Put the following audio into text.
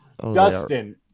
Dustin